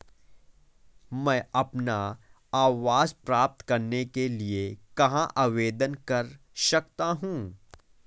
मैं अपना आवास प्राप्त करने के लिए कहाँ आवेदन कर सकता हूँ?